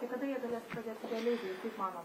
tai kada jie galės pradėt realiai veikt kaip manot